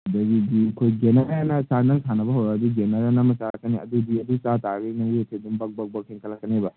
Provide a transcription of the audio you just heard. ꯑꯗꯒꯤꯗꯤ ꯑꯩꯈꯣꯏ ꯒꯦꯟꯅꯔ ꯍꯥꯏꯅ ꯅꯪ ꯁꯥꯟꯅꯕ ꯍꯧꯔꯛꯑꯗꯤ ꯒꯦꯟꯅꯔꯑꯅ ꯑꯃ ꯆꯥꯔꯛꯀꯅꯤ ꯑꯗꯨꯗꯤ ꯑꯗꯨ ꯆꯥꯇꯥꯔꯒꯗꯤ ꯅꯪ ꯋꯦꯠꯁꯦ ꯑꯗꯨꯝ ꯕꯛ ꯕꯛ ꯕꯛ ꯍꯦꯠꯒꯠꯂꯛꯀꯅꯦꯕ